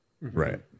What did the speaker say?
Right